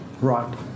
Right